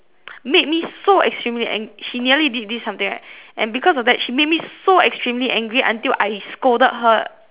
made me so extremely an~ she nearly did this something right and because of that she made me so extremely angry until I scolded her